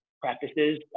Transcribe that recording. practices